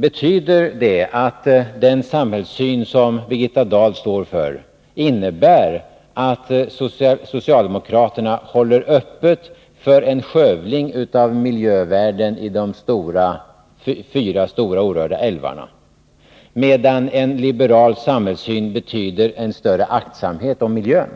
Innebär den samhällssyn som Birgitta Dahl står för att socialdemokraterna håller öppet för en skövling av miljövärden i de fyra stora orörda älvarna, medan en liberal samhällssyn innebär större aktsamhet om miljön?